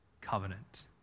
covenant